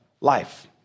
life